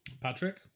Patrick